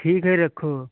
ठीक है रखो